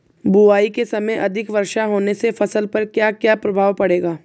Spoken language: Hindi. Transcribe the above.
बुआई के समय अधिक वर्षा होने से फसल पर क्या क्या प्रभाव पड़ेगा?